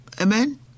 Amen